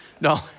No